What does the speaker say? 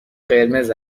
قرمز